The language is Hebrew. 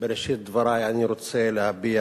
בראשית דברי אני רוצה להביע